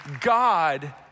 God